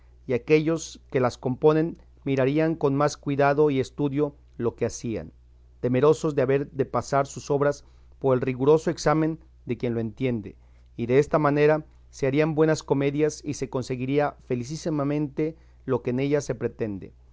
y aquellos que las componen mirarían con más cuidado y estudio lo que hacían temorosos de haber de pasar sus obras por el riguroso examen de quien lo entiende y desta manera se harían buenas comedias y se conseguiría felicísimamente lo que en ellas se pretende